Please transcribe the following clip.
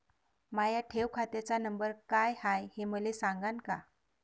माया ठेव खात्याचा नंबर काय हाय हे मले सांगान का?